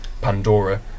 Pandora